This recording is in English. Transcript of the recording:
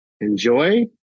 enjoy